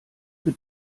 für